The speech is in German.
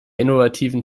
innovativen